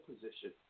position